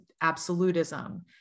absolutism